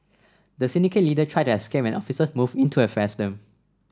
the syndicate leader tried to escape when officer moved in to arrest them